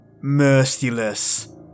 Merciless